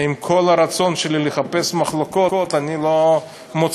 עם כל הרצון שלי לחפש מחלוקות, אני לא מוצא.